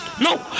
No